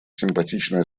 симпатичная